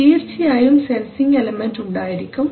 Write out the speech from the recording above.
തീർച്ചയായും sensing element ഉണ്ടായിരിക്കും